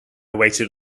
waited